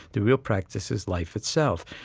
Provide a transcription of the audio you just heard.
the real practice is life itself.